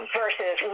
versus